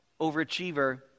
overachiever